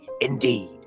Indeed